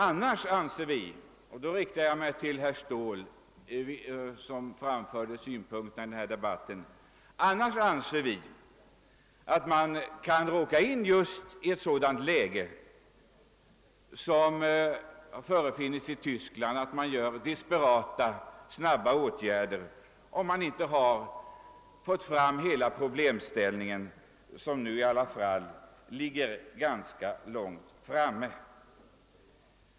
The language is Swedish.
Eljest kan vi — och därvidlag riktar jag mig till herr Ståhl, som framförde vissa synpunkter i denna debatt — råka in i samma läge som i Tyskland, där man vidtar desperata snabba åtgärder därför att man inte har fått hela problemställningen belyst. Arbetet med att få till stånd en sådan belysning har nu i alla fall fortskridit ganska långt.